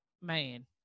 man